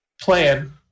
plan